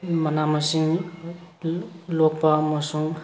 ꯃꯅꯥ ꯃꯁꯤꯡ ꯂꯣꯛꯄ ꯑꯃꯁꯨꯡ